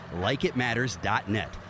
LikeItMatters.net